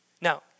Now